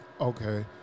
Okay